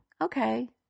okay